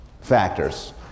factors